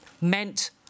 meant